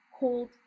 called